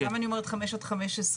למה אני אומרת 5% עד 15%?